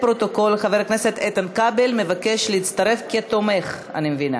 בעד, 46 חברי כנסת, אין מתנגדים ואין נמנעים.